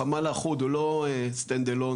החמ"ל אחוד הוא לא עומד לבד,